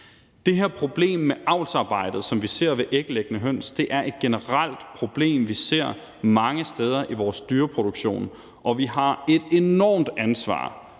Det her problem med avlsarbejdet, som vi ser ved æglæggende høns, er et generelt problem, som vi ser mange steder i vores dyreproduktion, og vi har et enormt ansvar